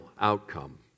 outcome